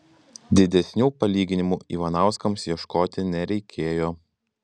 didesnių palyginimų ivanauskams ieškoti nereikėjo